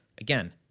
Again